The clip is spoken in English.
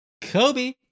Kobe